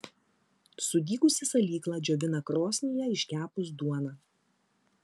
sudygusį salyklą džiovina krosnyje iškepus duoną